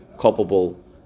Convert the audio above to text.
culpable